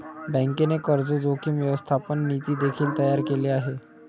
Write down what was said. बँकेने कर्ज जोखीम व्यवस्थापन नीती देखील तयार केले आहे